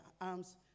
arms